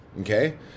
Okay